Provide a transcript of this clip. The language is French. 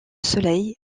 soleil